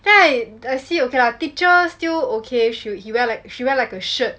then I I see okay lah teacher still okay she he wear she wear like a shirt